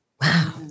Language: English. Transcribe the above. Wow